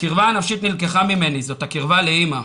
הקרבה הנפשית נלקחה ממני, זאת הקרבה לאימא.